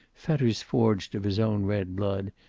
fetters forged of his own red blood,